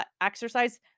exercise